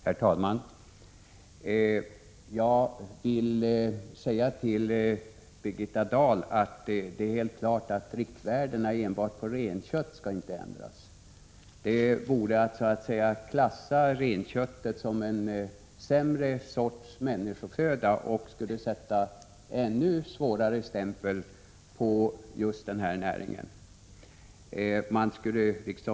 Herr talman! Jag vill till Birgitta Dahl säga att det är helt klart att riktvärdena på enbart renkött inte skall ändras. Det vore att klassa renköttet som en sämre sorts människoföda, vilket skulle sätta ännu sämre stämpel på — Prot. 1986/87:21 rennäringen.